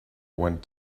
went